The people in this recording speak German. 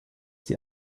die